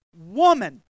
woman